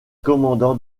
commandants